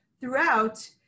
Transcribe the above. throughout